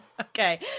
Okay